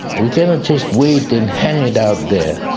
we cannot just wait and hang it out there,